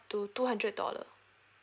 to two hundred dollar